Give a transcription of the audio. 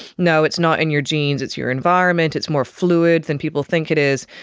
no, it's not in your genes, it's your environment, it's more fluid than people think it is'.